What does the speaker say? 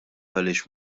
għaliex